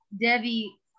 Debbie